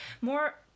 more